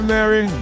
Mary